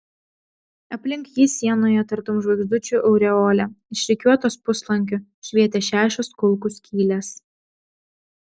aplink jį sienoje tartum žvaigždučių aureolė išrikiuotos puslankiu švietė šešios kulkų skylės